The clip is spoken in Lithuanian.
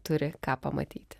turi ką pamatyti